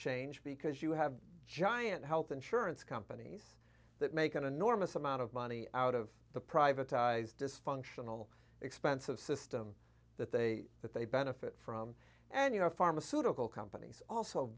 change because you have giant health insurance companies that make an enormous amount of money out of the privatized dysfunctional expensive system that they that they benefit from and you know pharmaceutical companies also